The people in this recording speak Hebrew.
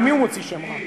למי הוא מוציא שם רע?